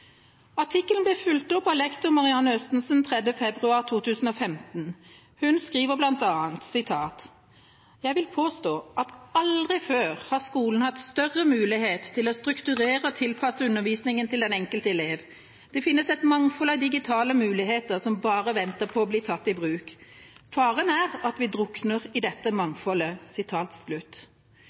Artikkelen ble fulgt opp av lektor Marianne Østensen 3. februar 2015. Hun skriver bl.a.: «Jeg vil påstå at aldri før har skolen hatt større mulighet til å strukturere og tilpasse undervisningen til den enkelte elev. Det fins et mangfold av digitale muligheter som bare venter på å bli tatt i bruk. Faren er at vi drukner i dette